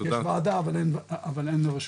יש וועדה, אבל אין רשות.